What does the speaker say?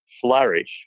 flourish